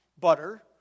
Butter